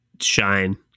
shine